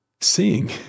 seeing